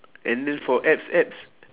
and then for abs abs